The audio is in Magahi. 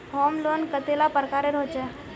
होम लोन कतेला प्रकारेर होचे?